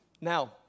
Now